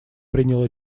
принял